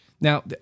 Now